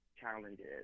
challenges